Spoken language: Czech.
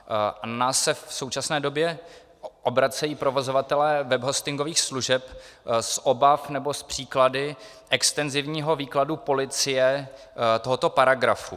Na nás se v současné době obracejí provozovatelé webhostingových služeb z obav, nebo s příklady extenzivního výkladu policie tohoto paragrafu.